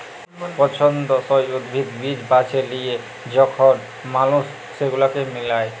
পছল্দসই উদ্ভিদ, বীজ বাছে লিয়ে যখল মালুস সেগুলাকে মিলায়